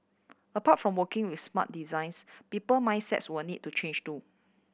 apart from working with smart designs people mindsets will need to change too